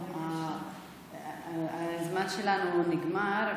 הזמן שלנו נגמר,